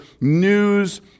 news